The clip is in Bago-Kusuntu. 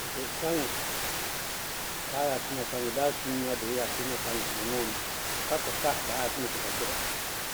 Okure sáŋɛ, baá yasɩ na sáŋɛ, dáá sʋññá dɩɩ yasɩ na sáŋɛ, bʋká kakpáa, baá yasɩ na sasakpʋrɔ.